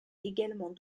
également